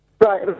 Right